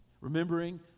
Remembering